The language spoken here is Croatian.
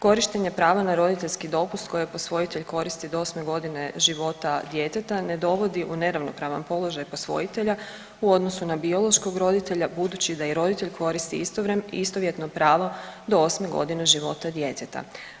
Korištenje prava na roditeljski dopust koje posvojitelj koristi do 8. g. života djeteta ne dovodi u neravnopravan položaj posvojitelja u odnosu na biološkog roditelja budući da i roditelj koristi istovjetno pravo do 8. g. života djeteta.